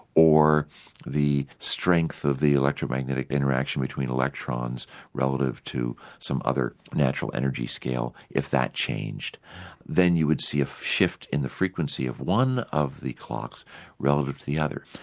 or the strength of the electromagnetic interaction between electrons relative to some other natural energy scale, if that changed then you would see a shift in the frequency of one of the clocks relative to the other.